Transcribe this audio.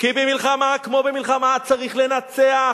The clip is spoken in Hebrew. כי במלחמה כמו במלחמה צריך לנצח,